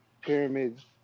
pyramids